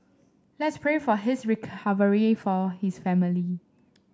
let's pray for his recovery it for his family